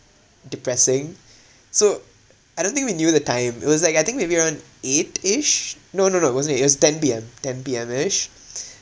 depressing so I don't think we knew the time it was like I think maybe around eight ~ish no no no it wasn't eight it was ten P_M ten P_M ~ish